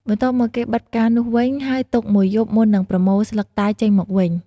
បន្ទាប់មកគេបិទផ្កានោះវិញ ហើយទុកមួយយប់មុននឹងប្រមូលស្លឹកតែចេញមកវិញ។